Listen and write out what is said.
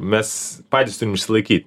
mes patys turim išsilaikyt